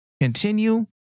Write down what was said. continue